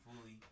fully